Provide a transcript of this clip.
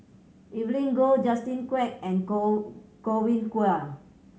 Evelyn Goh Justin Quek and God Godwin Koay